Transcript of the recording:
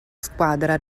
squadra